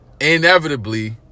inevitably